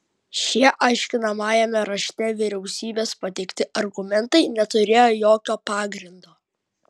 šie aiškinamajame rašte vyriausybės pateikti argumentai neturėjo jokio pagrindo